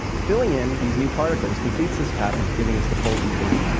filling in these new particles completes this pattern, giving us the full e eight.